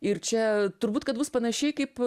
ir čia turbūt kad bus panašiai kaip